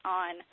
on